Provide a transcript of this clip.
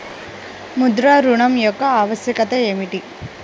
ముద్ర ఋణం యొక్క ఆవశ్యకత ఏమిటీ?